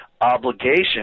obligation